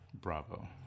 Bravo